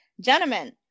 Gentlemen